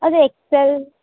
ಅದು X L